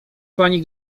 pani